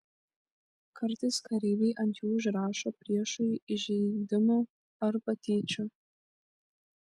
kartais kareiviai ant jų užrašo priešui įžeidimų ar patyčių